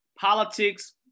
politics